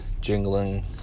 jingling